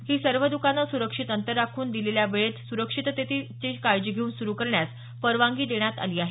ही सर्व दुकानं सुरक्षित अंतर राखून दिलेल्या वेळेत सुरक्षिततेची काळजी घेऊन सुरू करण्यास परवानगी देण्यात आली आहे